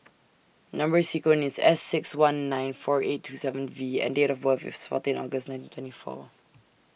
Number sequence IS S six one nine four eight two seven V and Date of birth IS fourteen August nineteen twenty four